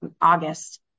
August